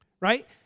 right